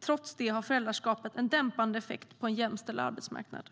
Trots det har föräldraskapet en dämpande effekt på en jämställd arbetsmarknad.